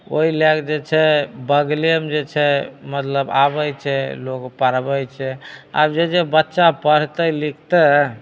ओहि लए कऽ जे छै बगलेमे जे छै मतलब आबैत छै लोग पढ़बैत छै आब जे जे बच्चा पढ़तै लिखतै